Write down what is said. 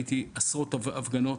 ראיתי עשרות הפגנות.